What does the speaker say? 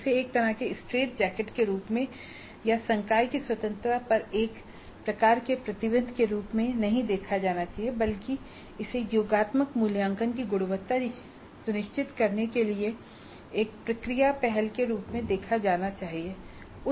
इसे एक तरह के स्ट्रेटजैकेट के रूप में या संकाय की स्वतंत्रता पर एक प्रकार के प्रतिबंध के रूप में नहीं देखा जाना चाहिए बल्कि इसे योगात्मक मूल्यांकन की गुणवत्ता सुनिश्चित करने के लिए एक प्रक्रिया पहल के रूप में देखा जाना चाहिए